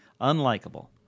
unlikable